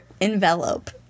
envelope